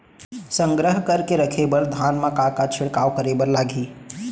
संग्रह करके रखे बर धान मा का का छिड़काव करे बर लागही?